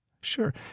Sure